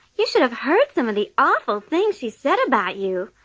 you should have heard some of the awful things he said about you.